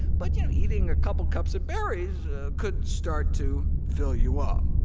but you know eating a couple of cups of berries could start to fill you up.